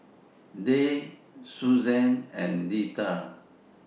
Dayle Susanne and Deetta